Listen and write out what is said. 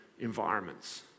environments